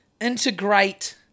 integrate